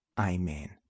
Amen